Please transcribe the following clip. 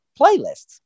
playlists